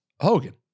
Hogan